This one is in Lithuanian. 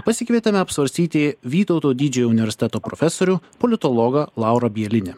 pasikvietėme apsvarstyti vytauto didžiojo universiteto profesorių politologą laurą bielinį